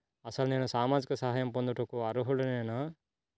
అసలు నేను సామాజిక సహాయం పొందుటకు అర్హుడనేన?